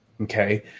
Okay